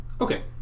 Okay